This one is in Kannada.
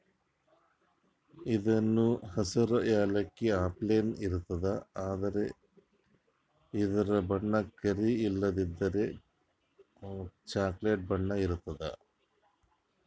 ಇದೂನು ಹಸ್ರ್ ಯಾಲಕ್ಕಿ ಅಪ್ಲೆನೇ ಇರ್ತದ್ ಆದ್ರ ಇದ್ರ್ ಬಣ್ಣ ಕರಿ ಇಲ್ಲಂದ್ರ ಚಾಕ್ಲೆಟ್ ಬಣ್ಣ ಇರ್ತದ್